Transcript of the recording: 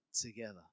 together